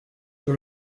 sur